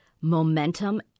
momentum